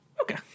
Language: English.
Okay